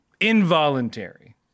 involuntary